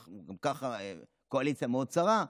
אנחנו גם ככה קואליציה מאוד צרה,